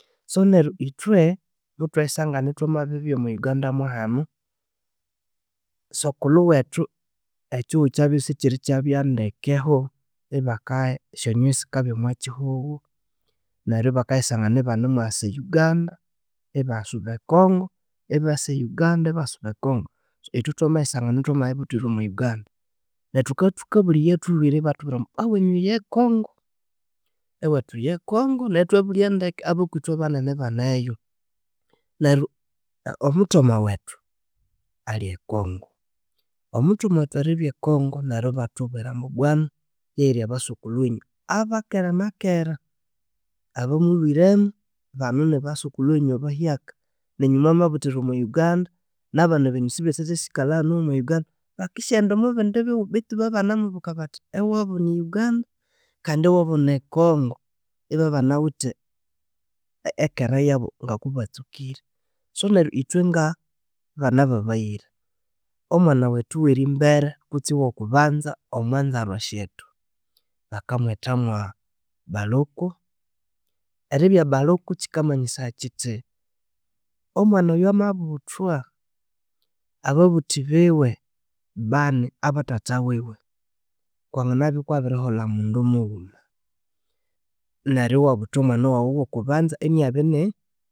So neryo ithwe muthwayisangana ithwamabiribya omo Uganda mwahanu sukulhu wethu ekyihugho kyabyasikyirikyabya ndekeho yibaka esyonyoni sikabya omokyihugho neryo yibakayisangana yibanimwasa Uganda yibasuba ekongo, yibasa Uganda yibasuba ekongo, yithwe thwamayisangana yithwamabibuthira omwa Uganda, neryo thukabya thukabulya eyathulhwere yibabuwa ambu ewenyu yekongo, ewethu yekongo neryo yithwabulya ndeke yithwebanene baneyo neryo omuthoma wethu alye ekongo, omuthomawethu eribya ekongo, omuthoma wethu eribya ekongo yibathubwera ambu bwanu yeyiri abasukulhu wenyu abakeranakera, abamulhwiremu, banu nibasukulhu wenyu abahyaka nenyu mwamabuthira omo Uganda, nabana bwenyu sibisasyakalhahano omo uganda bakisya enda omwebindi bihugho bethu yibanemwebuka bathi ewabu ni uganda kandi ewabu ni congo yibabyabanawithe ekereyabu ngokubatsukire so neryo yithwenga bana babayira omwanawethu werimbere kutsi owokubanza omwazarwa syethu bakawetha mwa Baluku eribya Buluku kyikamayisaya kyithi omwana oyo ababuthwa ababuthi biwe bani abathatha wiwe kwanganabya kwabiriholha omundu mughuma neryo yiwabutha omwana wawu wokubanza yinabyani